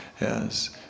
Yes